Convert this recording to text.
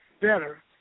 better